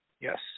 Yes